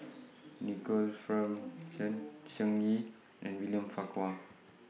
Nicoll Fearns John Shen Xi and William Farquhar